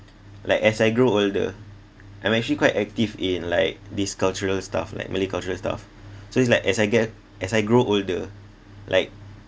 like as I grow older I'm actually quite active in like this cultural stuff like malay cultural stuff so it's like as I get as I grow older like